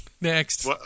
Next